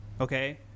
okay